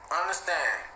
understand